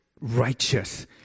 righteous